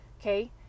Okay